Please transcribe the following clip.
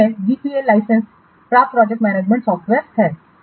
यह GPL license प्राप्त project management software है